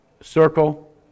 circle